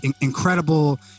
incredible